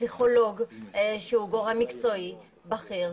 פסיכולוג שהוא גורם מקצועי בכיר,